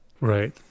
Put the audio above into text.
Right